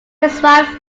wife